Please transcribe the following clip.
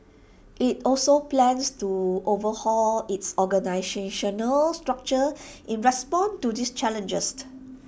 IT also plans to overhaul its organisational structure in response to these challenges